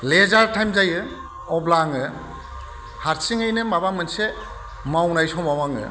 laser time जायो अब्ला आङो हारसिङैनो माबा मोनसे मावनाय समाव आङो